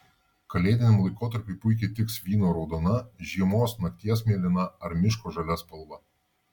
kalėdiniam laikotarpiui puikiai tiks vyno raudona žiemos nakties mėlyna ar miško žalia spalva